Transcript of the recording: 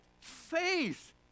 faith